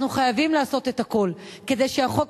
אנחנו חייבים לעשות את הכול כדי שהחוק